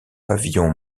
pavillons